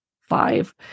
five